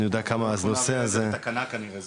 נעביר את זה בתקנה כנראה,